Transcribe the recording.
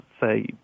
say